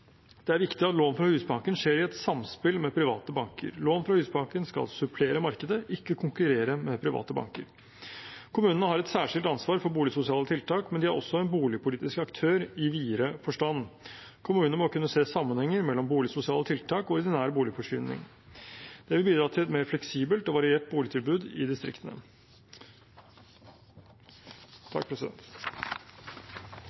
Det er viktig at lån fra Husbanken skjer i et samspill med private banker. Lån fra Husbanken skal supplere markedet, ikke konkurrere med private banker. Kommunene har et særskilt ansvar for boligsosiale tiltak, men de er også en boligpolitisk aktør i videre forstand. Kommunene må kunne se sammenhengen mellom boligsosiale tiltak og ordinær boligforsyning. Det vil bidra til et mer fleksibelt og variert boligtilbud i distriktene.